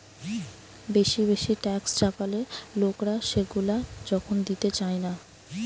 বেশি বেশি ট্যাক্স চাপালে লোকরা সেগুলা যখন দিতে চায়না